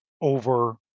over